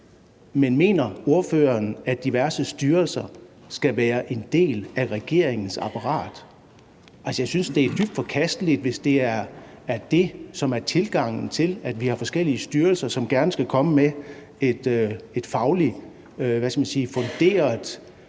Men mener ordføreren, at diverse styrelser skal være en del af regeringens apparat? Jeg synes, det er dybt forkasteligt, hvis det er det, som er tilgangen til, at vi har forskellige styrelser, som gerne skulle komme med et fagligt funderet